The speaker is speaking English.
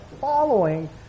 following